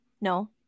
no